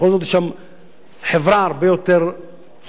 בכל זאת יש שם חברה הרבה יותר צודקת